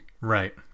Right